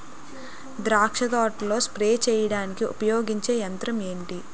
ద్రాక్ష తోటలో స్ప్రే చేయడానికి ఉపయోగించే యంత్రం ఎంటి?